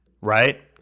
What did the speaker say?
right